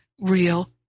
real